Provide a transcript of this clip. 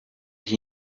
ich